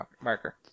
marker